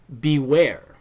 beware